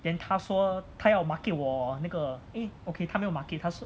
then 他说他要 market 我那个 eh okay 他没有 market 他说